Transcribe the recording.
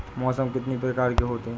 मौसम कितनी प्रकार के होते हैं?